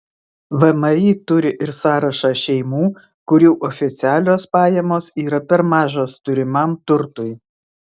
vmi turi ir sąrašą šeimų kurių oficialios pajamos yra per mažos turimam turtui